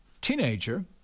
teenager